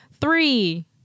Three